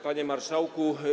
Panie Marszałku!